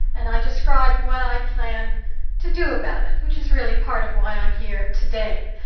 and i described what i plan to do about it, which is really part of why i'm here today.